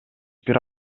бир